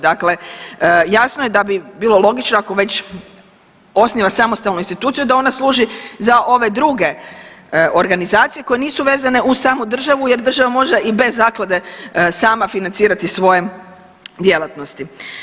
Dakle jasno je da bi bilo logično ako već osniva samostalnu instituciju da ona služi za ove druge organizacije koje nisu vezane uz samu državu jer država može i bez zaklade sama financirati svoje djelatnosti.